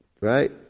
right